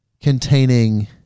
containing